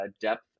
depth